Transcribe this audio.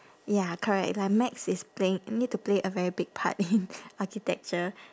ya correct like max is playing you need to play a very big part in architecture